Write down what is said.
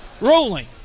rolling